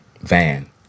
van